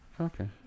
Okay